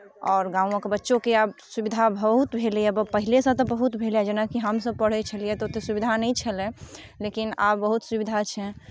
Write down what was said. आओर गामोके बच्चोके आब सुविधा बहुत भेलैए पहिलेसँ तऽ बहुत भेलैए जेनाकि हमसभ पढ़ै छलए तऽ ओतेक सुविधा नहि छलै लेकिन आब बहुत सुविधा छै